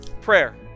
Prayer